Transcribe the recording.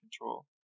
control